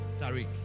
Tariq